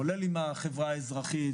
כולל עם החברה האזרחית.